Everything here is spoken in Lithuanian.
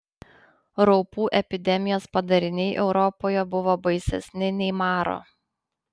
raupų epidemijos padariniai europoje buvo baisesni nei maro